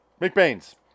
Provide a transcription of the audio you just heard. McBain's